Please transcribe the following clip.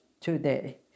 today